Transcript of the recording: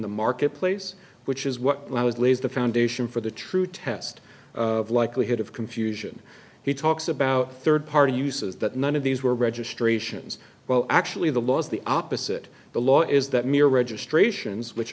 the marketplace which is what i was lays the foundation for the true test of likelihood of confusion he talks about third party uses that none of these were registrations well actually the laws the opposite the law is that mere registrations which